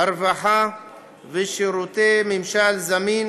הרווחה ושירותי "ממשל זמין"